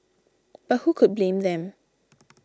but who could blame them